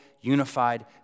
unified